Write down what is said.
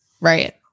right